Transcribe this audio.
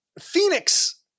Phoenix